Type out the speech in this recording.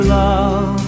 love